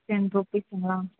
ten ருப்பீஸுங்களா